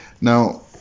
Now